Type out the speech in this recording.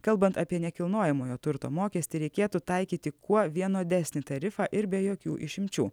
kalbant apie nekilnojamojo turto mokestį reikėtų taikyti kuo vienodesnį tarifą ir be jokių išimčių